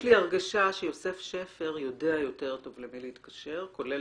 יש לי הרגשה שיוסף שפר יודע יותר טוב למי להתקשר כולל